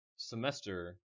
Semester